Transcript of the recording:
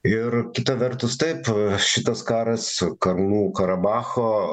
ir kita vertus taip šitas karas kalnų karabacho